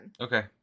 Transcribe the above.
okay